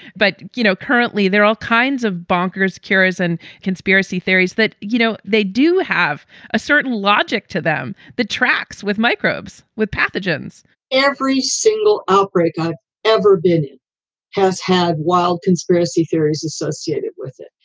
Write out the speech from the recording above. but, you know, currently there are all kinds of bonkers cures and conspiracy theories that, you know, they do have a certain logic to them that tracks with microbes, with pathogens every single outbreak i've ever been in has had wild conspiracy theories associated with it.